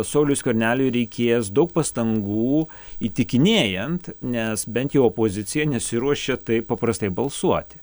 sauliui skverneliui reikės daug pastangų įtikinėjant nes bent jau opozicija nesiruošia taip paprastai balsuoti